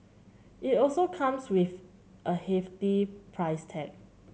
it also comes with a hefty price tag